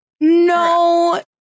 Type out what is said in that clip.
no